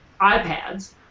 iPads